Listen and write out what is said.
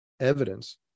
evidence